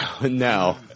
no